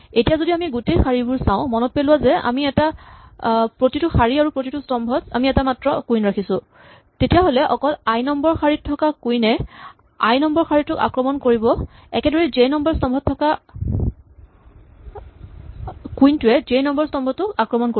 এতিয়া যদি আমি গোটেই শাৰীবোৰ চাওঁ মনত পেলোৱা যে আমি এটা প্ৰতিটো শাৰী আৰু প্ৰতিটো স্তম্ভত আমি এটা মাত্ৰ কুইন ৰাখিছো তেতিয়াহ'লে অকল আই নম্বৰ শাৰীত থকা কুইন এ আই নম্বৰ শাৰীটোক আক্ৰমণ কৰিব একেদৰেই জে নম্বৰ স্থম্ভত থকা একমাত্ৰ কুইনটোৱে জে নম্বৰ স্তম্ভটোক আক্ৰমণ কৰিব